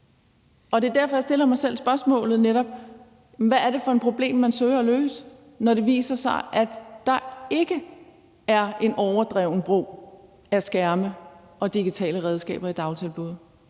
Det er derfor, jeg stiller mig selv spørgsmålet, hvad det er for et problem, man søger at løse, altså når det viser sig, at der ikke er en overdreven brug af skærme og digitale redskaber i dagtilbuddene,